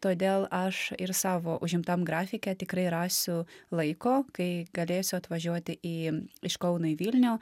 todėl aš ir savo užimtam grafike tikrai rasiu laiko kai galėsiu atvažiuoti į iš kauno į vilnių